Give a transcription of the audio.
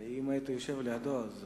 אם היית יושב לידו זה